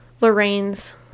Lorraine's